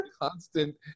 constant